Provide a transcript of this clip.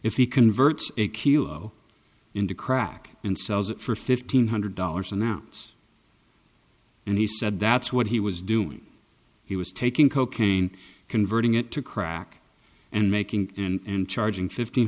if he converts a kilo into crack and sells it for fifteen hundred dollars an ounce and he said that's what he was doing he was taking cocaine converting it to crack and making and charging fifteen